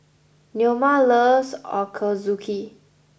Neoma loves Ochazuke